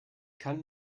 kann